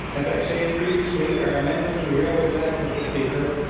as i say it previously our amendments to the railways act mr. speaker,